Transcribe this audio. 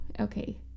okay